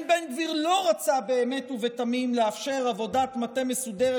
ולכן בן גביר לא רצה באמת ובתמים לאפשר עבודת מטה מסודרת